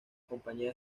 compañía